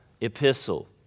epistle